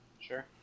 Sure